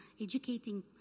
educating